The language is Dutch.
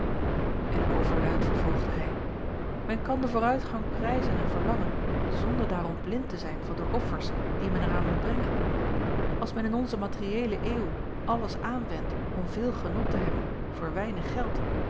en overluid vervolgde hij men kan den vooruitgang prijzen en verlangen zonder daarom blind te zijn voor de offers die men er aan moet brengen ls men in onze materiëele eeuw alles aanwendt om veel genot te hebben voor weinig geld